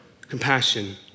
compassion